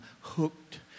hooked